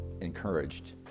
encouraged